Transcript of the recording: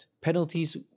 Penalties